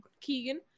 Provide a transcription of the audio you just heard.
Keegan